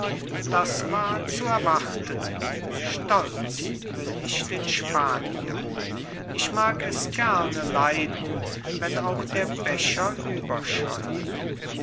das war zu erwarten stolz will ich den spanier ich mag es gerne leiden wenn auch der becher